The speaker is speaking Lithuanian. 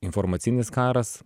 informacinis karas